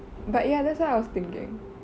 but ya that's why I was thinking